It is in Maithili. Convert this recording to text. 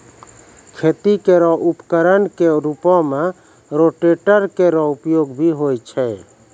खेती केरो उपकरण क रूपों में रोटेटर केरो उपयोग भी होय छै